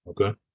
Okay